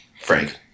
Frank